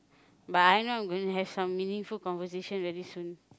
but I'm not going to have some meaningful conversation very soon